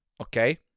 Okay